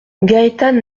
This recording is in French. gaétane